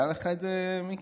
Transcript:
היה לך את זה, מיקי?